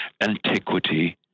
antiquity